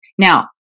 Now